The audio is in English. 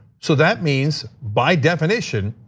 so that means by definition,